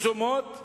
אתה